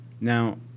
Now